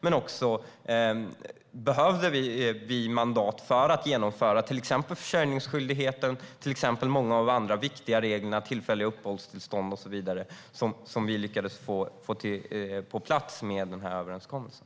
Men vi behövde också mandat för att genomföra till exempel försörjningsskyldigheten och många andra viktiga regler, till exempel den om tillfälliga uppehållstillstånd, som vi lyckades få på plats med den här överenskommelsen.